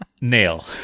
nail